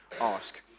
ask